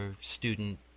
student